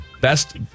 Best